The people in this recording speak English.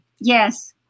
Yes